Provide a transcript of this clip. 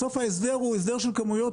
בסוף ההסדר הוא הסדר של כמויות.